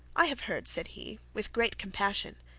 i have heard, said he, with great compassion,